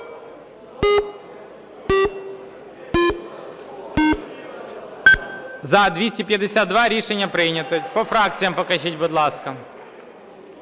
За-252 Рішення прийнято. По фракціях покажіть, будь ласка.